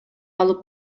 алып